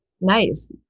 nice